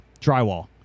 drywall